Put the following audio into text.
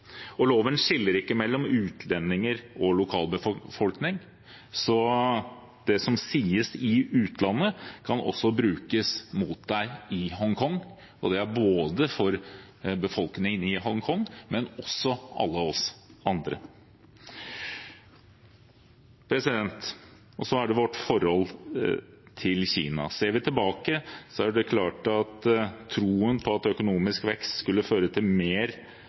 skiller ikke mellom utlendinger og lokalbefolkning, så det som sies i utlandet, kan også brukes mot deg i Hongkong. Det er både for befolkningen i Hongkong og for alle oss andre. Så er det vårt forhold til Kina. Ser vi tilbake, er det klart at troen på at økonomisk vekst skulle føre til mer